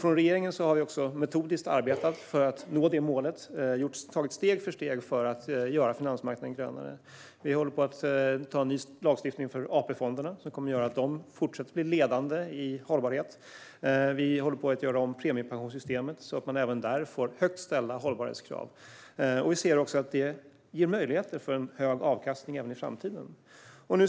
Regeringen arbetar metodiskt för att nå detta mål och tar steg för steg för att göra finansmarknaden grönare. Vi håller på med en ny lagstiftning för AP-fonderna som kommer att göra att de fortsätter att vara ledande i hållbarhet. Vi håller på att göra om premiepensionssystemet så att man även där får högt ställda hållbarhetskrav. Vi ser att detta ger möjlighet till en hög avkastning även i framtiden.